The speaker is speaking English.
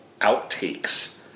outtakes